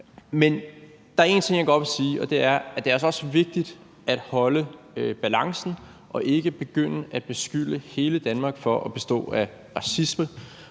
Men der er en ting, jeg godt vil sige, og det er, at det altså også er vigtigt at holde balancen og ikke begynde at beskylde hele Danmark for at bestå af racisme